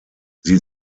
sie